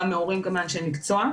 גם מהורים וגם מאנשי מקצוע,